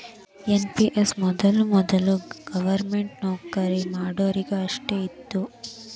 NPS ಮೊದಲ ವೊದಲ government ನೌಕರಿ ಮಾಡೋರಿಗೆ ಅಷ್ಟ ಇತ್ತು